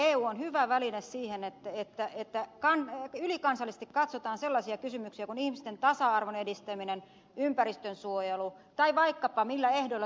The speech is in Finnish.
eu on hyvä väline siihen että ylikansallisesti katsotaan sellaisia kysymyksiä kuin ihmisten tasa arvon edistäminen ympäristönsuojelu tai vaikkapa se millä ehdoilla työtä teetetään